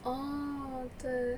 orh 对